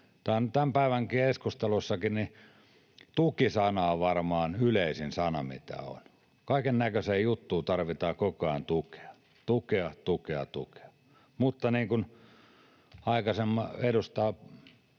Tämän päivän keskustelussakin tuki-sana on varmaan yleisin sana, mitä on. Kaikennäköiseen juttuun tarvitaan koko ajan tukea: tukea, tukea, tukea. Mutta niin kuin edustaja